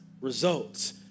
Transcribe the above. results